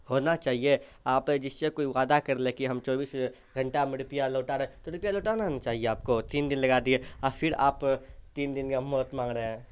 ہونا چاہیے آپ جس سے کوئی وعدہ کر لیں کہ ہم چوبیس گھنٹہ میں روپیہ لوٹا رہے تو روپیہ لوٹانا نا چاہیے آپ کو تین دن لگا دیے اور پھر آپ تین دن کا مہلت مانگ رہے ہیں